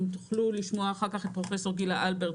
אם תוכלו לשמוע אחר כך את פרופ' גילה אלברט,